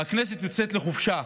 והכנסת יוצאת לחופשה,